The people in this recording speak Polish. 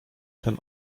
ten